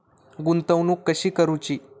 गुंतवणूक कशी करूची?